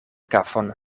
kafon